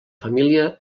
família